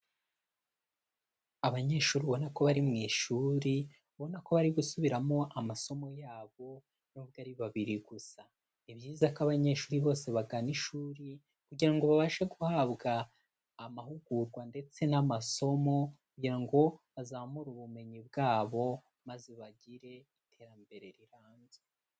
Abanyeshuri ubona ko bari mu ishuri, babona ko bari gusubiramo amasomo yabo nubwo ari babiri gusa, ni byiza ko abanyeshuri bose bagana ishuri kugirango ngo babashe guhabwa amahugurwa ndetse n'amasomo, kugira ngo azamure ubumenyi bwabo maze bagire iterambere rirambye.